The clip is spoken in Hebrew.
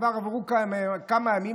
כבר עברו כמה ימים,